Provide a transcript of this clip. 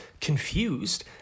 confused